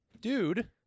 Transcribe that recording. Dude